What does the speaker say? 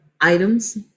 items